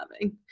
loving